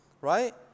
right